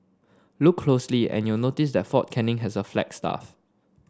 look closely and you'll notice that Fort Canning has a flagstaff